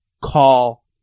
call